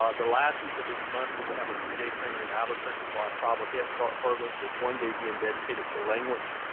um the last week of this month we would have a three day training in albuquerque for tribal head start programs. with one day being dedicated to language.